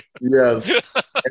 Yes